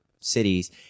cities